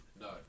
No